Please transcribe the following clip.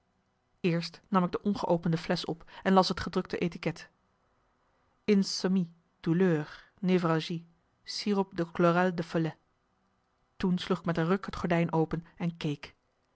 eerst nam ik de ongeopende flesch op en las het gedrukte etiket insommies douleurs névralgies sirop de chloral de follet toen sloeg ik met een ruk het gordijn open en keek